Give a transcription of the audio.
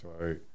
right